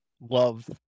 love